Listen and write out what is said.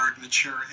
mature